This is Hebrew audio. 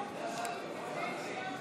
כפי שאני מבין,